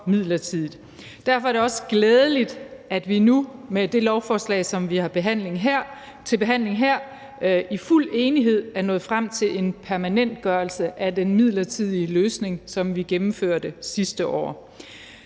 Derfor er det også glædeligt, at vi nu med det lovforslag, som vi har til behandling her, i fuld enighed er nået frem til en permanentgørelse af den midlertidige løsning, som vi gennemførte sidste år.